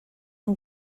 and